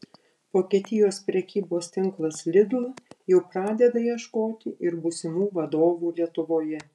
vokietijos prekybos tinklas lidl jau pradeda ieškoti ir būsimų vadovų lietuvoje